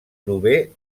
prové